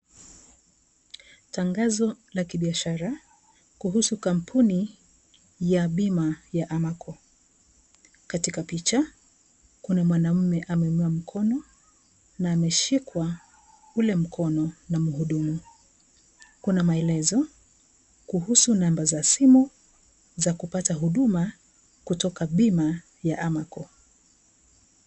Tangazo la kibiashara, kuhusu kampuni ya bima ya AMACO . Katika picha kuna mwanamme ameumia mkono na ameshikwa ule mkono na mhudumu, kuna maelezo kuhusu namba za simu za kupata huduma kutoka bima ya AMACO.